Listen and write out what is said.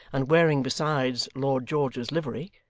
and wearing besides lord george's livery,